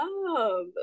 love